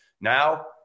Now